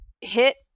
hit